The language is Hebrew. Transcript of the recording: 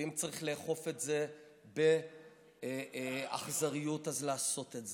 ואם צריך לאכוף את זה באכזריות, אז לעשות את זה.